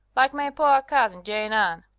like my poor cousin, jane ann.